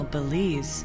Belize